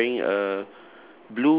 and he is wearing a